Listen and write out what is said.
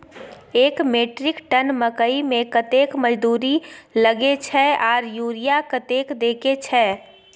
एक metric ton मकई में कतेक मजदूरी लगे छै आर यूरिया कतेक देके छै?